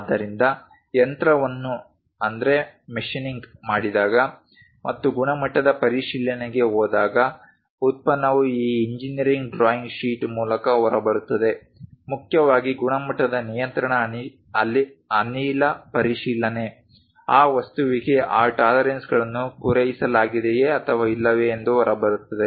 ಆದ್ದರಿಂದ ಯಂತ್ರವನ್ನು ಮಾಡಿದಾಗ ಮತ್ತು ಗುಣಮಟ್ಟದ ಪರಿಶೀಲನೆಗೆ ಹೋದಾಗ ಉತ್ಪನ್ನವು ಈ ಇಂಜಿನೀರಿಂಗ್ ಡ್ರಾಯಿಂಗ್ ಶೀಟ್ ಮೂಲಕ ಹೊರಬರುತ್ತದೆ ಮುಖ್ಯವಾಗಿ ಗುಣಮಟ್ಟದ ನಿಯಂತ್ರಣ ಅನಿಲ ಪರಿಶೀಲನೆ ಆ ವಸ್ತುವಿಗೆ ಈ ಟಾಲರೆನ್ಸ್ಗಳನ್ನು ಪೂರೈಸಲಾಗಿದೆಯೆ ಅಥವಾ ಇಲ್ಲವೇ ಎಂದು ಹೊರಬರುತ್ತದೆ